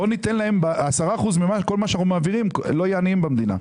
מיכאל, זה כנראה לא יהיה דיון אחד.